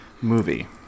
movie